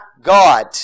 God